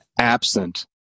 absent